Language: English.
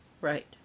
right